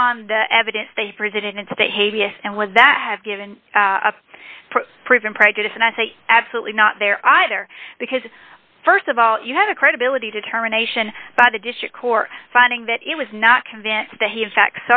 upon the evidence they presented and say hey vs and with that have given a proven prejudice and i say absolutely not there either because st of all you had a credibility determination by the district court finding that it was not convinced that he in fact